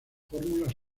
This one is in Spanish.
fórmulas